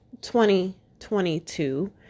2022